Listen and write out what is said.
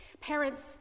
parents